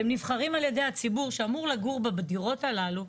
שהם נבחרים על ידי הציבור שאמור לגור בדירות הללו.